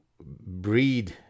breed